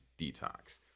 Detox